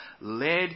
led